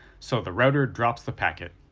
so the router drops the packet.